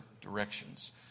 directions